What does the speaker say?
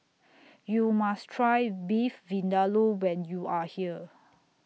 YOU must Try Beef Vindaloo when YOU Are here